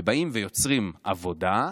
ובאים ויוצרים עבודה,